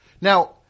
Now